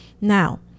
Now